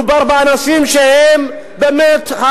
מדובר באנשים שהם באמת,